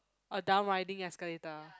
a down riding escalator